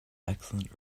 excellent